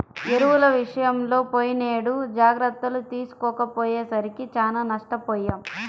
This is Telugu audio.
ఎరువుల విషయంలో పోయినేడు జాగర్తలు తీసుకోకపోయేసరికి చానా నష్టపొయ్యాం